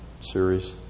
series